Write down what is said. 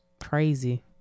crazy